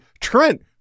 Trent